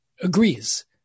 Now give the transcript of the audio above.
agrees